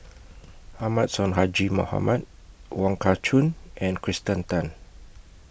Ahmad Sonhadji Mohamad Wong Kah Chun and Kirsten Tan